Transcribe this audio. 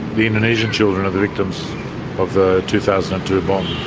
the indonesian children of the victims of the two thousand and two bomb.